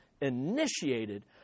initiated